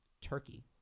Turkey